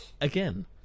Again